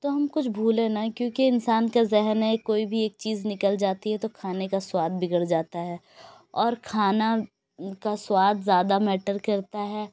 تو ہم کچھ بھولیں نہ کیونکہ انسان کا ذہن ہے کوئی بھی ایک چیز نکل جاتی ہے تو کھانے کا سواد بگڑ جاتا ہے اور کھانا کا سواد زیادہ میٹر کرتا ہے